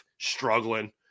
struggling